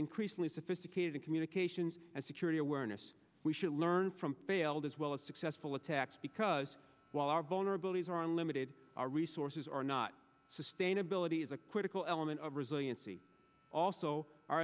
increasingly sophisticated in communications and security awareness we should learn from failed as well as successful attacks because while our vulnerabilities are limited our resources are not sustainability is a critical element of resiliency also our